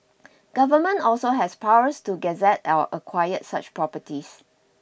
Government also has powers to gazette or acquired such properties